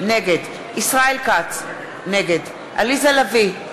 נגד ישראל כץ, נגד עליזה לביא,